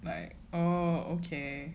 like oh okay